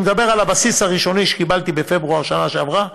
אני מדבר על הבסיס הראשוני שקיבלתי בפברואר בשנה שעברה,